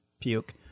puke